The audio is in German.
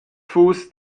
fuß